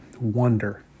wonder